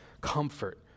Comfort